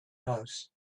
house